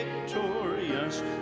victorious